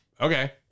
Okay